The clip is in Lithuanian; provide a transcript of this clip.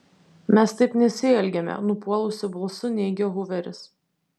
mes taip nesielgiame nupuolusiu balsu neigia huveris